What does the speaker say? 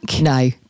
No